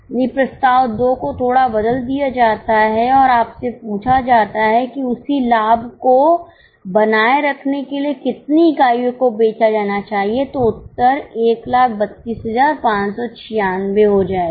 यदि प्रस्ताव 2 को थोड़ा बदल दिया जाता है और आपसे पूछा जाता है कि उसी लाभ को बनाए रखने के लिए कितनी इकाइयों को बेचा जाना चाहिए तो उत्तर 132596 हो जाएगा